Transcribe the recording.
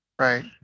Right